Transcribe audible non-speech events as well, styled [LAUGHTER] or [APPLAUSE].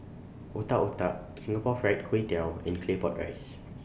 Otak Otak Singapore Fried Kway Tiao and Claypot Rice [NOISE]